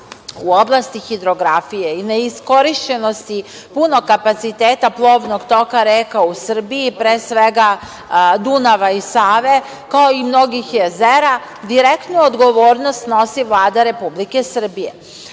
u oblasti hidrografije i ne iskorišćenosti puno kapaciteta plovnog toka reka u Srbiji, pre svega Dunava i Save, kao i mnogih jezera, direktno odgovornost snosi Vlada Republike Srbije.